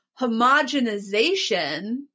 homogenization